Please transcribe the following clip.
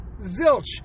Zilch